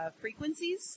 frequencies